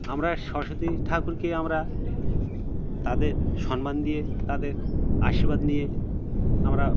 আমরা সরস্বতী ঠাকুরকে আমরা তাদের সম্মান দিয়ে তাদের আশীর্বাদ নিয়ে আমরা